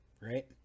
Right